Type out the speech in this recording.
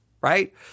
Right